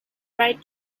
write